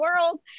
world